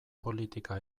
politika